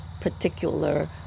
particular